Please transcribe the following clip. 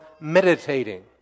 meditating